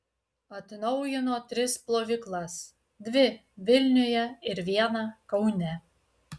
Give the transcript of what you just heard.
atnaujino tris plovyklas dvi vilniuje ir vieną kaune